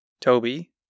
Toby